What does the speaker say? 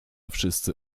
wszyscy